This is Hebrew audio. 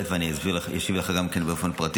בהחלט אבדוק את זה, ואני אשיב לך באופן פרטי.